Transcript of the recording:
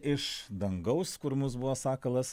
iš dangaus kur mus buvo sakalas